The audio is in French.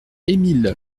emile